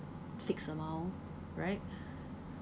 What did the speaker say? fixed amount right